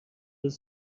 روز